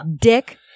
dick